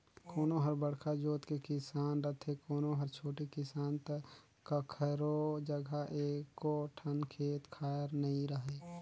कोनो हर बड़का जोत के किसान रथे, कोनो हर छोटे किसान त कखरो जघा एको ठन खेत खार नइ रहय